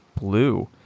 Blue